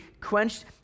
quenched